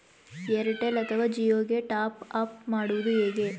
Airtel ಅಥವಾ ಜಿಯೊ ಗೆ top up ಮಾಡುವುದು ಹೇಗೆ?